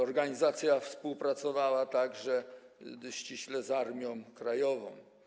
Organizacja współpracowała także ściśle z Armią Krajową.